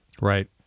right